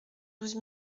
douze